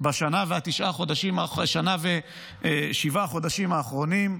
בשנה ושבעה חודשים האחרונים,